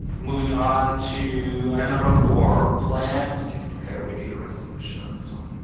moving on to item number four or plant, excuse me, mary, we need a resolution on this one